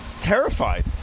Terrified